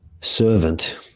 servant